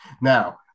Now